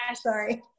sorry